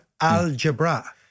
Algebra